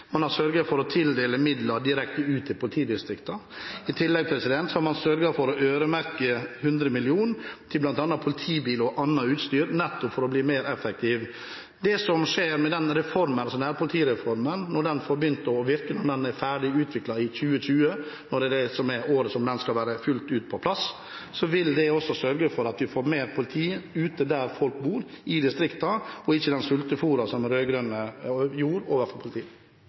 man skal komme nærmere befolkningen – fått tatt tak i dette – og bli mer effektiv. Man har sørget for å tildele midler direkte til politidistriktene. I tillegg har man sørget for å øremerke 100 mill. kr til bl.a. politibiler og annet utstyr, nettopp for å bli mer effektive. Når nærpolitireformen får begynt å virke – den skal være ferdig utviklet og fullt ut på plass i 2020 – vil det også sørge for at vi får mer politi ute der hvor folk bor, i distriktene, og vi vil ikke få den sultefôringen som politiet